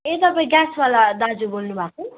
ए तपाईँ ग्यासवाला दाजु बोल्नु भएको